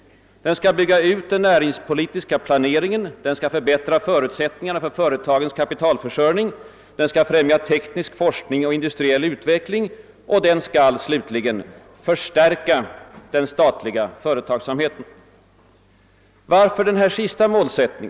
Den skall bygga ut den näringspolitiska planeringen, förbättra förutsättningarna för företagens kapitalförsörjning, främja teknisk forskning och industriell utveckling och slutligen förstärka den statliga företagsamheten. Varför denna sistnämnda målsättning?